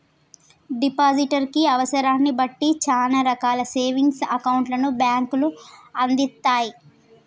depositor కి అవసరాన్ని బట్టి చానా రకాల సేవింగ్స్ అకౌంట్లను బ్యేంకులు అందిత్తయ్